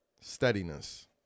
steadiness